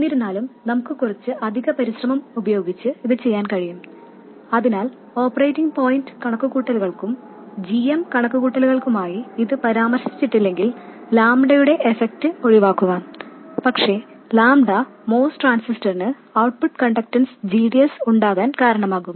എന്നിരുന്നാലും നമുക്ക് കുറച്ച് അധിക പരിശ്രമം ഉപയോഗിച്ച് ഇത് ചെയ്യാൻ കഴിയും അതിനാൽ ഓപ്പറേറ്റിംഗ് പോയിന്റ് കണക്കുകൂട്ടലുകൾക്കും g m കണക്കുകൂട്ടലുകൾക്കുമായി ഇത് പരാമർശിച്ചില്ലെങ്കിൽ ലാംഡയുടെ എഫെക്ട് ഒഴിവാക്കുക പക്ഷേ ലാംഡ MOS ട്രാൻസിസ്റ്ററിന് ഔട്ട്പുട്ട് കണ്ടക്റ്റൻസ് gds ഉണ്ടാക്കാൻ കാരണമാകും